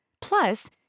Plus